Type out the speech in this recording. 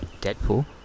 Deadpool